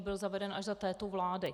Byl zaveden až za této vlády.